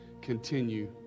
continue